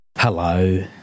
Hello